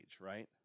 right